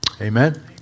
Amen